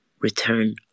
return